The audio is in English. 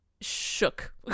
shook